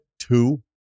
two